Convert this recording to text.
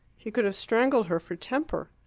he could have strangled her for temper.